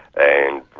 and